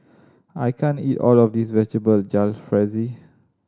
I can't eat all of this Vegetable Jalfrezi